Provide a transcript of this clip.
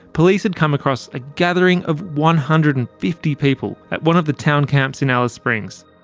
police had come across a gathering of one hundred and fifty people at one of the town camps in alice springs,